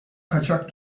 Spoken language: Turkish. kaçak